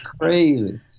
crazy